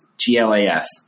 G-L-A-S